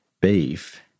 beef